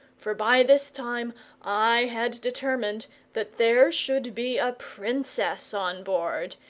for by this time i had determined that there should be a princess on board,